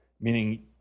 meaning